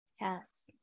Yes